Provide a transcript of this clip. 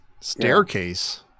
staircase